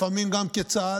לפעמים גם כצה"ל,